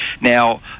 Now